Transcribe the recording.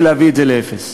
ולהביא את זה לאפס.